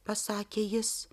pasakė jis